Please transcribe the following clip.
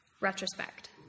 Retrospect